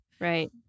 Right